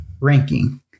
ranking